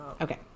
okay